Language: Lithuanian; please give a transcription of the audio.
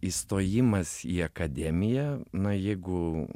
įstojimas į akademiją na jeigu